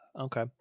Okay